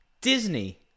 Disney